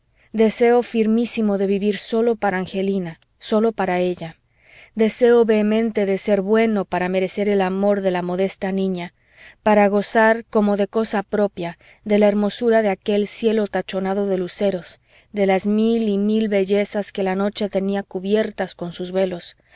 de mi vida deseo firmísimo de vivir sólo para angelina sólo para ella deseo vehemente de ser bueno para merecer el amor de la modesta niña para gozar como de cosa propia de la hermosura de aquel cielo tachonado de luceros de las mil y mil bellezas que la noche tenía cubiertas con sus velos